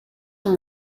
from